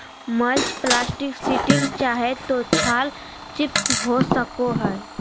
mulch plastic sheeting चाहे तो छाल चिप्स हो सको हइ